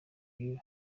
you